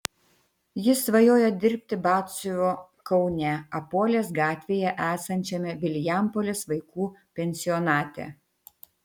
jis svajoja dirbti batsiuviu kaune apuolės gatvėje esančiame vilijampolės vaikų pensionate